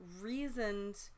reasoned